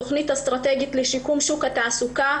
תוכנית אסטרטגית לשיקום שוק התעסוקה,